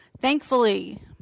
thankfully